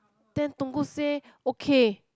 then Tunggu say okay